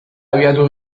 abiatu